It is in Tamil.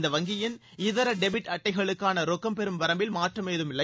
இந்த வங்கியின் இதர டெபிட் அட்டைகளுக்கான ரொக்கம் பெறும் வரம்பில் மாற்றம் ஏதும் இல்லை